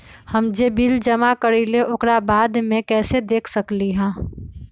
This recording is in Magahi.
हम जे बिल जमा करईले ओकरा बाद में कैसे देख सकलि ह?